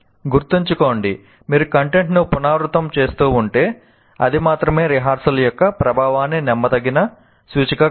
గుర్తుంచుకోండి మీరు కంటెంట్ను పునరావృతం చేస్తూ ఉంటే అది మాత్రమే రిహార్సల్ యొక్క ప్రభావానికి నమ్మదగిన సూచిక కాదు